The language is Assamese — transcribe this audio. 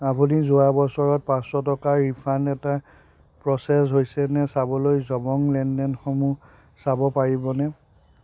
আপুনি যোৱা বছৰত পাঁচশ টকাৰ ৰিফাণ্ড এটা প্ৰ'চেছ হৈছেনে চাবলৈ জবং লেনদেনসমূহ চাব পাৰিবনে